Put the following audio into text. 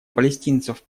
палестинцев